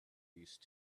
these